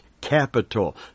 capital